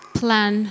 plan